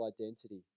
identity